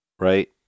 right